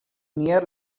near